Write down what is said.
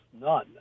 none